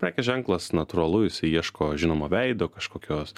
prekės ženklas natūralu jisai ieško žinomo veido kažkokios